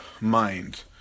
mind